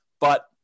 but-